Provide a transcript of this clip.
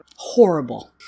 horrible